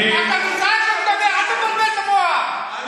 אל תבלבל את המוח.